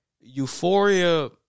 euphoria